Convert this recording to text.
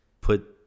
put